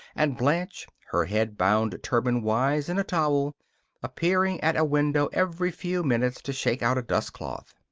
and blanche her head bound turbanwise in a towel appearing at a window every few minutes to shake out a dustcloth.